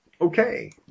Okay